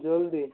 ଜଲ୍ଦି